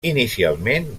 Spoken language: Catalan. inicialment